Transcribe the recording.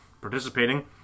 participating